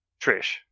Trish